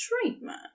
treatment